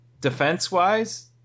Defense-wise